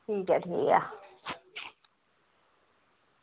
ठीक ऐ ठीक ऐ